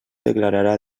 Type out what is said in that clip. declararà